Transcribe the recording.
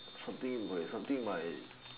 something will like something might